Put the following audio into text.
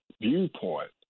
viewpoint